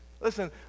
listen